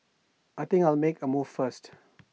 I think I'll make A move first